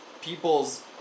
people's